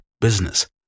business